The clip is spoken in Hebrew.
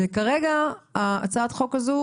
וכרגע, הצעת החוק הזו